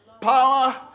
power